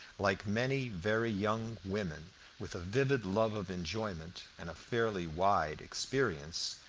like many very young women with a vivid love of enjoyment and a fairly wide experience,